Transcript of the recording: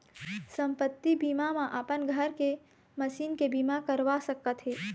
संपत्ति बीमा म अपन घर के, मसीन के बीमा करवा सकत हे